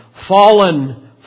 Fallen